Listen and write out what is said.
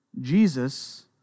Jesus